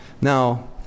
Now